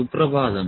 സുപ്രഭാതം